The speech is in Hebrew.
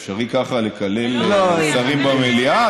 זה אפשרי ככה לקלל שרים במליאה,